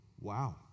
Wow